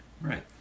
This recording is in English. Right